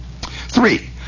Three